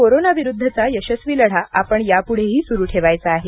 कोरोनाविरुद्धचा यशस्वी लढा आपण यापुढेही सुरु ठेवायचा आहे